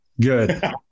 good